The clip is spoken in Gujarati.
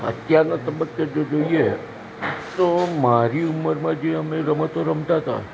અત્યારના તબક્કે જો જોઈએ તો મારી ઉમરમાં જે અમે રમતો રમતા હતા